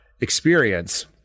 experience